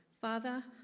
Father